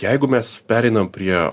jeigu mes pereinam prie